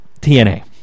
TNA